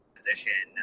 position